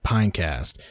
Pinecast